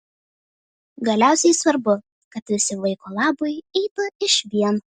galiausiai svarbu kad visi vaiko labui eitų išvien